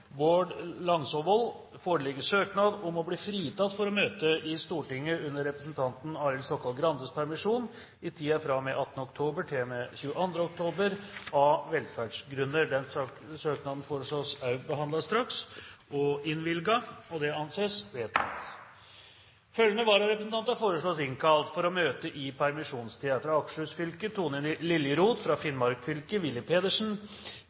foreligger søknad om å bli fritatt for å møte i Stortinget under representanten Arild Stokkan-Grandes permisjon i tiden fra og med 18. oktober til og med 22. oktober, av velferdsgrunner. Etter forslag fra presidenten ble enstemmig besluttet: Søknaden behandles straks og innvilges. Følgende vararepresentanter innkalles for å møte i permisjonstiden: For Akershus fylke: Tone